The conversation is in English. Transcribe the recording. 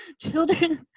Children